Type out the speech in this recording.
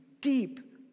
deep